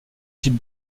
type